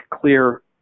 clear